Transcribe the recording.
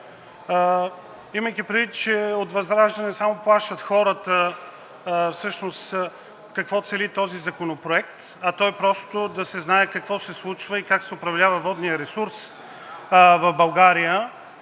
Имайки предвид, че от ВЪЗРАЖДАНЕ само плашат хората какво цели този законопроект, а той е да се знае какво се случва и как се управлява водният ресурс в България,